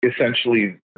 essentially